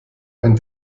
ein